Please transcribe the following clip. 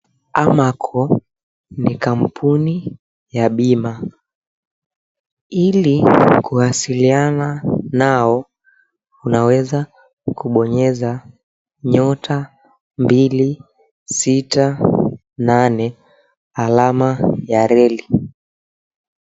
Amaco ni kampuni ya bima. Ili kuwasikiana nao unaweza kubonyeza nyota mbili sita nane alama ya reli.